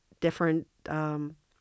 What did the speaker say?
different